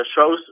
shows